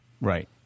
Right